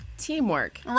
teamwork